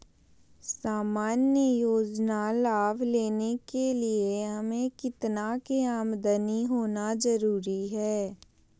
सामान्य योजना लाभ लेने के लिए हमें कितना के आमदनी होना जरूरी है?